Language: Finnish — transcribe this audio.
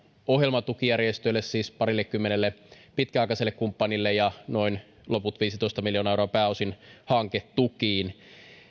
ohjelmatukijärjestöille siis parillekymmenelle pitkäaikaiselle kumppanille ja loput noin viisitoista miljoonaa euroa pääosin hanketukiin